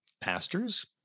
pastors